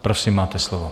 Prosím, máte slovo.